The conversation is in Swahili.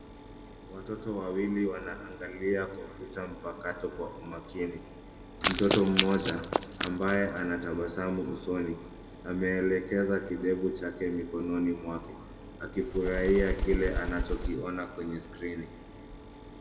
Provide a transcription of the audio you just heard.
Watoto wawili wanaangalia kompyuta mpakato kwa umakini. Mtoto mmoja ambaye anatabasamu usoni ameelekeza kidevu chake mikononi mwake akifurahia kile anachokiona kwenye skrini.